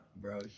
bro